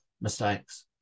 mistakes